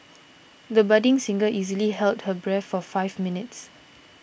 the budding singer easily held her breath for five minutes